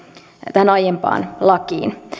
tähän aiempaan lakiin